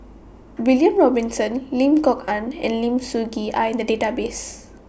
William Robinson Lim Kok Ann and Lim Soo Ngee Are in The Database